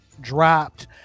dropped